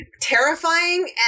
terrifying